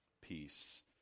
Peace